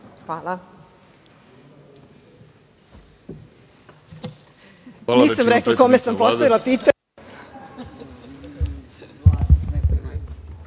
Hvala.